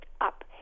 up